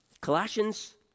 Colossians